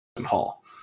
hall